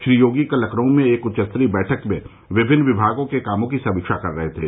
श्री योगी कल लखनऊ में एक उच्चस्तरीय बैठक में विभिन्न विभागों के कामों की समीक्षा कर रहे थे